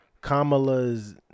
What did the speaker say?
Kamala's